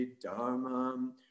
Dharma